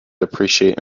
appreciate